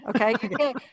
Okay